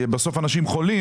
כי בסוף אנשים חולים,